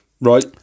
Right